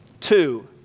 Two